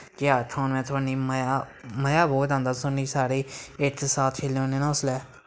केह् आक्खां हून में थोआनी मज़ा मज़ा बौह्त आंदा सानू सारें गी इक साथ खेलने होन्ने न उसलै